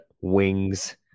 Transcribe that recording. wings